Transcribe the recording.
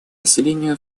населению